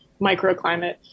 microclimate